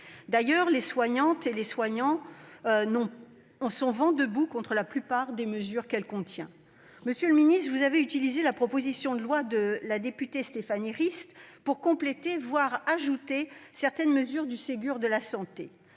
D'ailleurs, soignants comme non-soignants sont vent debout contre la plupart des mesures qu'elle contient. Monsieur le ministre, vous avez utilisé la proposition de loi de la députée Stéphanie Rist pour compléter certaines mesures du Ségur de la santé,